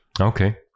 Okay